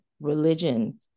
religion